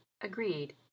agreed